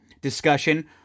discussion